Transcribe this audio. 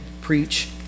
preach